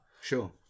Sure